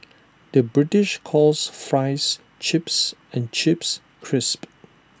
the British calls Fries Chips and Chips Crisps